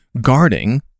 guarding